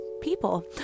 people